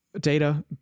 data